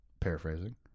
Paraphrasing